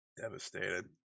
Devastated